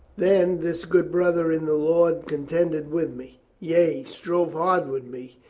then this good brother in the lord con tended with me, yea, strove hard with me,